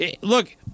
look